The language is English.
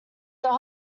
their